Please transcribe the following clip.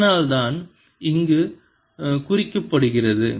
இதனால்தான் இங்கு குறிப்பிடப்படுகிறது